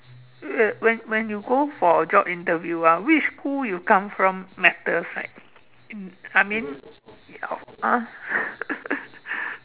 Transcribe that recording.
wait when when you go for job interview ah which school you come from matters right I mean ya uh